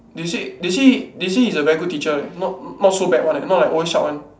they say they say they say he's a very good teacher leh not not so bad one not like always shout one